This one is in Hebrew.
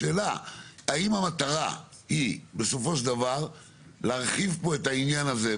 השאלה האם המטרה להרחיב פה את העניין הזה,